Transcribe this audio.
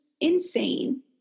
insane